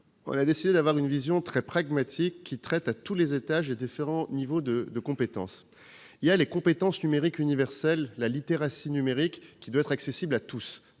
avons décidé d'avoir une vision très pragmatique, qui traite à tous les étages des différents niveaux de compétences. Ce sont d'abord les compétences numériques universelles, ou « littératie numérique », qui doivent être accessibles à tous